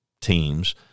teams